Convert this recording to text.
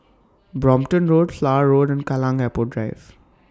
Brompton Road Flower Road and Kallang Airport Drive